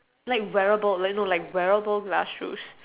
like wearable like no wearable glass shoes